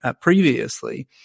previously